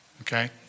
Okay